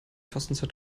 fastenzeit